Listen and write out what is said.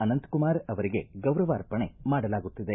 ಅನಂತಕುಮಾರ ಅವರಿಗೆ ಗೌರವಾರ್ಪಣೆ ಮಾಡಲಾಗುತ್ತಿದೆ